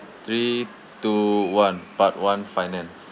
three two one part one finance